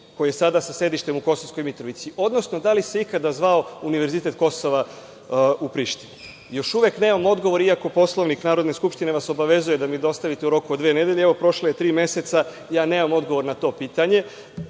koji je sada sa sedištem u Kosovskoj Mitrovici, odnosno da li se ikada zvao univerzitet Kosova u Prištini? Još uvek nemam odgovor, iako Poslovnik Narodne skupštine vas obavezuje da mi dostavite u roku od dve nedelje. Evo, prošlo je tri meseca, ja nemam odgovor na to pitanje.